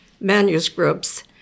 manuscripts